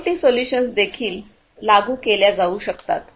IoT solutions देखील लागू केल्या जाऊ शकतात